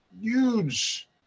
huge